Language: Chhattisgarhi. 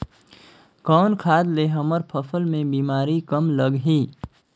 कौन खाद ले हमर फसल मे बीमारी कम लगही?